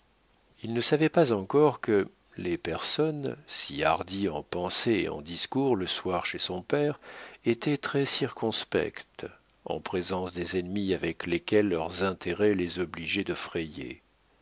il ne savait pas encore que les personnes si hardies en pensée et en discours le soir chez son père étaient très circonspectes en présence des ennemis avec lesquels leurs intérêts les obligeaient de frayer